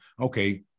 Okay